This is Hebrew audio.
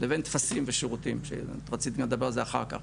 לבין טפסים ושירותים שרציתי לדבר על זה אחר כך,